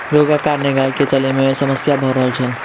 रोगक कारण गाय के चलै में समस्या भ रहल छल